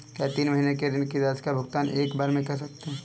क्या तीन महीने के ऋण की राशि का भुगतान एक बार में कर सकते हैं?